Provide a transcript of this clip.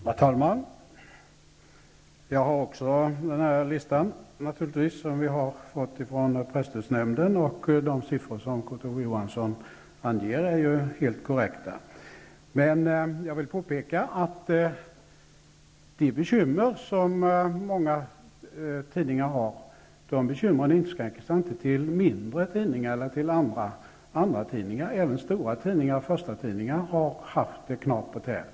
Herr talman! Jag har också den lista som vi har fått från Presstödsnämnden. De siffror som Kurt Ove Johansson anger är helt korrekta. Men jag vill påpeka att de bekymmer som många tidningar har inte inskränker sig till mindre tidningar eller andratidningar. Även stora tidningar och förstatidningar har haft det knapert.